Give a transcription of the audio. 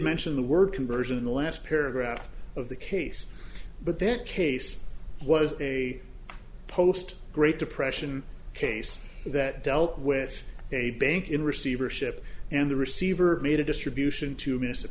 mention the word conversion in the last paragraph of the case but that case was a post great depression case that dealt with a bank in receivership and the receiver made a distribution to m